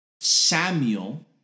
Samuel